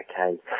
okay